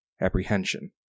apprehension